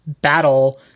battle